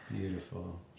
Beautiful